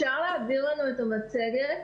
אפשר לקבל את המצגת?